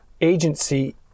agency